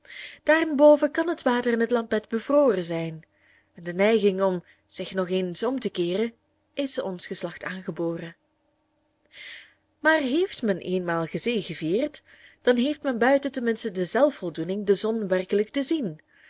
daarenboven kan het water in het lampet bevroren zijn en de neiging om zich nog eens om te keeren is ons geslacht aangeboren maar heeft men eenmaal gezegevierd dan heeft men buiten tenminste de zelfvoldoening de zon werkelijk te zien